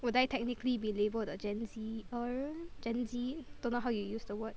would I technically be labelled a gen Z or gen Z don't know how you use the word